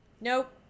Nope